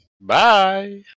Bye